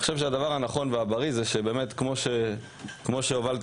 אני חושב שהדבר הנכון והבריא הוא שבאמת כמו שהובלת